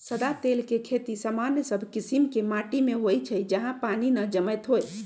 सदा तेल के खेती सामान्य सब कीशिम के माटि में होइ छइ जहा पानी न जमैत होय